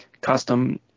custom